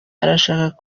arashaka